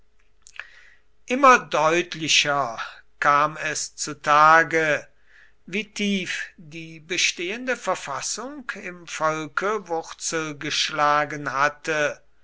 immer deutlicher kam es zu tage wie tief die bestehende verfassung im volke wurzel geschlagen hatte